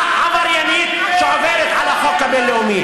עבריינית שעוברת על החוק הבין-לאומי.